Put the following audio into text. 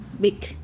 big